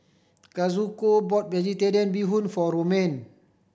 Kazuko bought Vegetarian Bee Hoon for Romaine